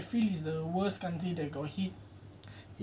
but you know what I feel is the worst country that got hit